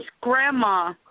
grandma